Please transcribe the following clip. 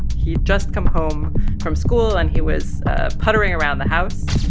he'd just come home from school, and he was ah puttering around the house.